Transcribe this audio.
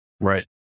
Right